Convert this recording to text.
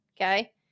okay